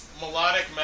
melodic